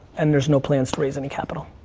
and there's no plans to raise any capital.